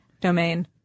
domain